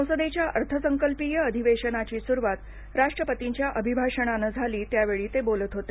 संसदेच्या अर्थसंकल्पीय अधिवेशनाची स्रुवात राष्ट्रपतींच्या अभिभाषणानं झाली त्यावेळी ते बोलत होते